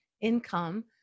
income